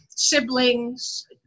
siblings